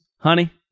Honey